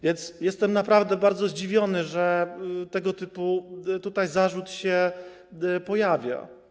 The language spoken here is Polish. Więc jestem naprawdę bardzo zdziwiony, że tego typu tutaj zarzut się pojawia.